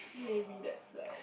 maybe that side